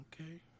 Okay